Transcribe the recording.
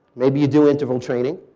maybe you do interval training.